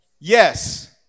Yes